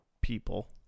People